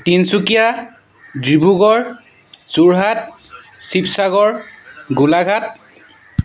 Tinsukia Dibrugarh Jorhat Sivasagar Golaghat